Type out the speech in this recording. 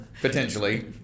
potentially